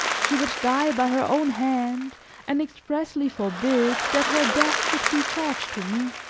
she would die by her own hand and expressly forbid that her death should be charged to me.